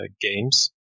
games